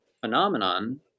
phenomenon